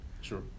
Sure